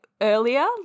earlier